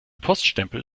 poststempel